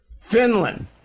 Finland